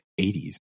80s